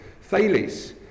Thales